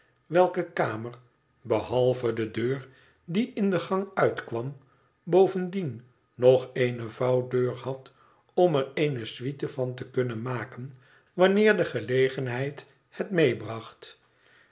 welke kamer behalve de deur die in de gang uitkwam bovendien nog eene vouwdeur had om er eene suite van te kunnen maken wanneer de gelegenheid het meebracht